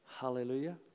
Hallelujah